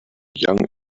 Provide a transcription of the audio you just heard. young